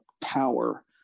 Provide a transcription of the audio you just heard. power